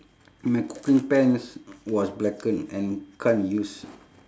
my cooking pants was blackened and can't use